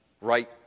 right